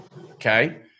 Okay